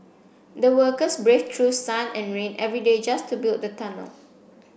the workers braved through sun and rain every day just to build the tunnel